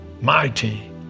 mighty